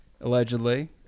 allegedly